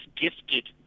gifted